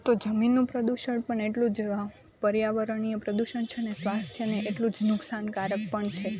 તો જમીનનું પ્રદૂષણ પણ એટલુંજ પર્યાવરણીય પ્રદૂષણ છે ને સ્વાસ્થ્યને એટલું જ નુકસાનકારક પણ છે